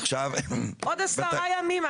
עכשיו --- עוד עשרה ימים,